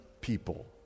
people